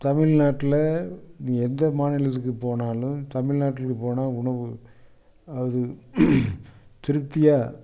தமிழ்நாட்டில் எந்த மாநிலத்துக்கு போனாலும் தமிழ்நாட்டுக்கு போனால் உணவு அது திருப்தியாக